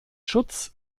schutz